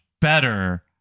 better